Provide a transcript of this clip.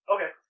Okay